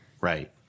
Right